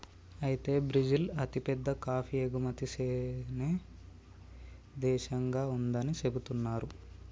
అయితే బ్రిజిల్ అతిపెద్ద కాఫీ ఎగుమతి సేనే దేశంగా ఉందని సెబుతున్నారు